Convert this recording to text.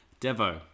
Devo